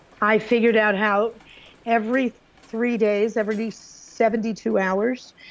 i figured out how every three days, every seventy two hours,